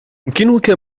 يمكنك